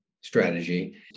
strategy